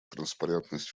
транспарентность